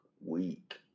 week